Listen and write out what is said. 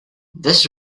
this